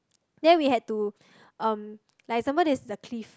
then we had to um like for example this is a cliff